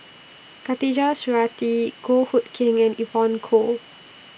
Khatijah Surattee Goh Hood Keng and Evon Kow